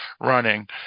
running